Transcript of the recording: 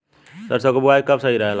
सरसों क बुवाई कब सही रहेला?